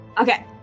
Okay